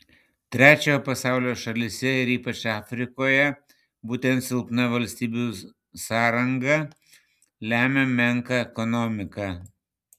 trečiojo pasaulio šalyse ir ypač afrikoje būtent silpna valstybių sąranga lemia menką ekonomiką